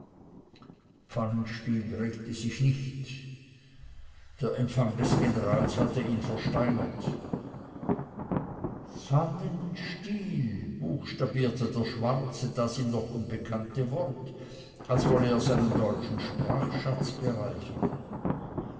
pfannenstiel regte sich nicht der empfang des generals hatte ihn versteinert fannen stiel buchstabierte der schwarze das ihm noch unbekannte wort als wolle er seinen deutschen sprachschatz bereichern